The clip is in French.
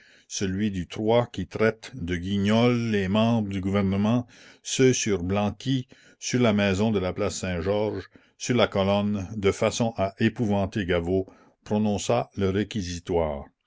celui du qui traite de guignols les membres du gouvernement ceux sur blanqui sur la maison de la place saint-georges sur la colonne de façon à épouvanter gaveau prononça le réquisitoire